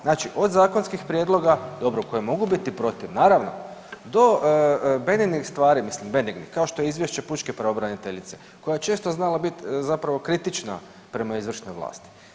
Znači od zakonskih prijedloga, dobrom koji mogu biti protiv, do benignih stvari, mislim benignih, kao što je izvješće pučke pravobraniteljice koja je često znala bit zapravo kritična prema izvršnoj vlasti.